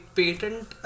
patent